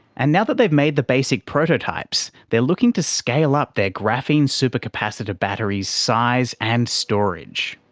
and now that they've made the basic prototypes, they are looking to scale up their graphene super capacitor batteries size and storage.